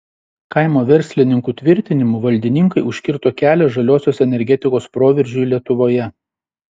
kaimo verslininkų tvirtinimu valdininkai užkirto kelią žaliosios energetikos proveržiui lietuvoje